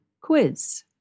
quiz